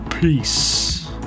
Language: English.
Peace